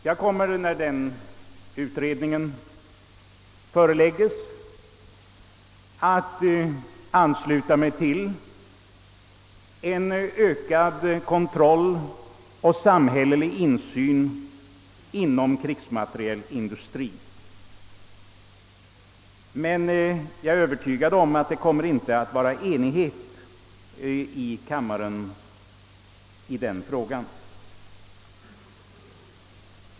Jag kommer när utredningens förslag föreläggs riksdagen att ansluta mig till förslaget om ökad kontroll och samhällelig insyn inom krigsmaterielindustrien. Men jag är övertygad om att det inte kommer att råda enighet i kammaren i den frågan.